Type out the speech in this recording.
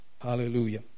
Hallelujah